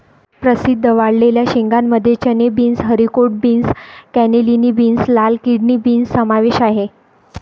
प्रसिद्ध वाळलेल्या शेंगांमध्ये चणे, beans, haricot beans, cannellini beans, लाल किडनी बीन्स समावेश आहे